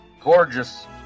gorgeous